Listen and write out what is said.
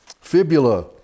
Fibula